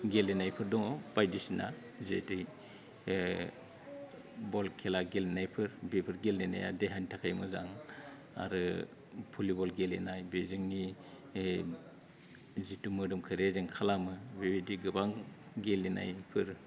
गेलेनायफोर दङ बायदिसिना जेरै बल खेला गेलेनायफोर बेफोर गेलेनाया देहानि थाखाय मोजां आरो भलिबल गेलेनाय बे जोंनि जिथु मोदोमखो रेजें खालामो बे बिदि गोबां गेलेनायफोरनि